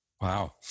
Wow